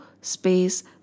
space